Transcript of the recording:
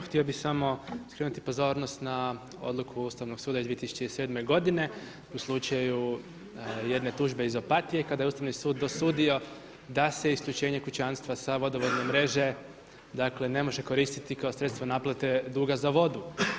Htio bih samo skrenuti pozornost na odluku Ustavnog suda iz 2007. godine u slučaju jedne tužbe iz Opatije kada je Ustavni sud dosudio da se isključenje kućanstva sa vodovodne mreže dakle ne može koristiti kao sredstvo naplate duga za vodu.